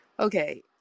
Okay